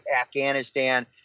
Afghanistan